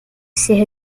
ser